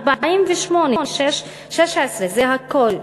מ-1948, 16, זה הכול.